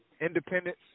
independence